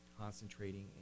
concentrating